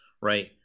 right